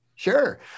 Sure